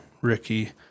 ricky